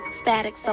Static